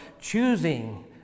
choosing